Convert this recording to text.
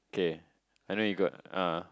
K I know you got uh